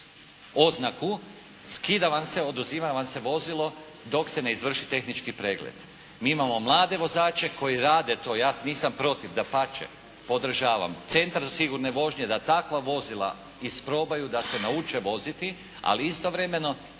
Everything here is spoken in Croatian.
oznaku skida vam se, oduzima vam se vozilo dok se ne izvrši tehnički pregled. Mi imamo mlade vozače koji rade to. Ja nisam protiv. Dapače, podržavam Centar za sigurne vožnje da takva vozila isprobaju, da se nauče voziti. Ali istovremeno i